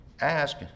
Ask